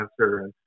answer